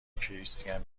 کریستین